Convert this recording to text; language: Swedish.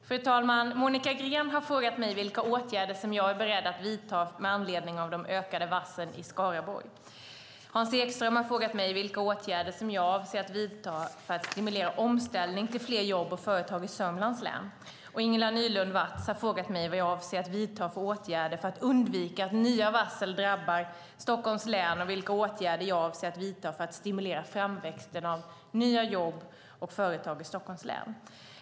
Fru talman! Monica Green har frågat mig vilka åtgärder jag är beredd att vidta med anledning av de ökande varslen i Skaraborg. Hans Ekström har frågat mig vilka åtgärder jag avser att vidta för att stimulera omställning till fler jobb och företag i Sörmlands län. Ingela Nylund Watz har frågat vad jag avser att vidta för åtgärder för att undvika att nya varsel drabbar Stockholms län och vilka åtgärder jag avser att vidta för att stimulera framväxten av nya jobb och företag i Stockholms län.